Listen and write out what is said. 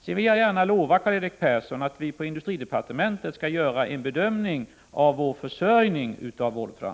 Sedan vill jag gärna lova Karl-Erik Persson att vi i industridepartementet skall göra en bedömning av Sveriges försörjning med volfram.